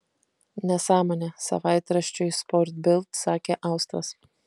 nesąmonė savaitraščiui sport bild sakė austras